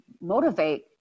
motivate